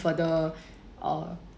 further uh